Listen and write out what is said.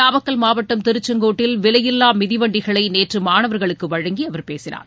நாமக்கல் மாவட்டம் திருச்செங்கோட்டில் விலையில்லா மிதிவண்டிகளை நேற்று மாணவர்களுக்கு வழங்கி அவர் பேசினார்